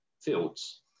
fields